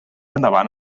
endavant